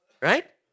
Right